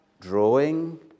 drawing